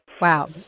Wow